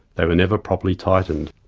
they were never properly tightened.